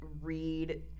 read